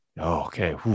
Okay